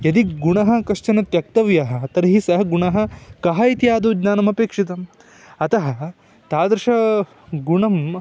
यदि गुणः कश्चन त्यक्तव्यः तर्हि सः गुणः कः इति आदौ ज्ञानमपेक्षितम् अतः तादृशं गुणम्